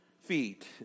feet